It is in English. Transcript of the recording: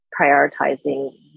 prioritizing